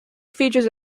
featured